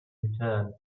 return